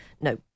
no